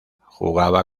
jugaba